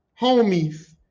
homies